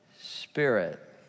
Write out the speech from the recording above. Spirit